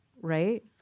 right